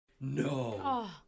No